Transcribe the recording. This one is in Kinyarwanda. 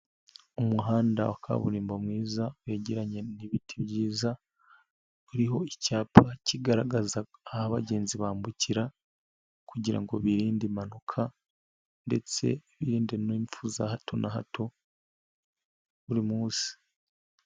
Umuhanda wa kaburimbo mwiza, wegeye n'ibiti byiza, uriho icyapa kigaragaza aho abagenzi bambukira kugira ngo birinde impanuka ndetse birinde n'imfu za hato na hato buri munsi.